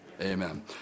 Amen